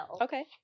Okay